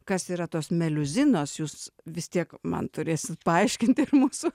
kas yra tos meliuzinos jūs vis tiek man turėsit paaiškinti ir mūsų